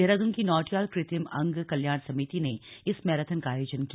देहरादून की नौटियाल कृत्रिम अंग कल्याण समिति ने इस मैराथन का आयोजन किया